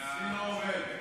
אצלי לא עובד.